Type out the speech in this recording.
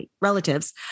relatives